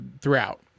throughout